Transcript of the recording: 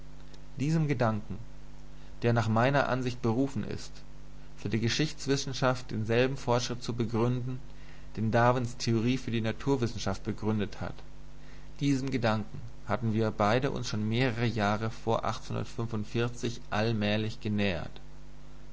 englischen übersetzung der nach meiner ansicht berufen ist für die geschichtswissenschaft denselben fortschritt zu begründen den darwins theorie für die naturwissenschaft begründet hat diesem gedanken hatten wir beide uns schon mehrere jahre vor allmählich genähert